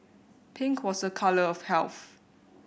pink was a colour of health